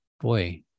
boy